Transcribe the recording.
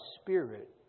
spirit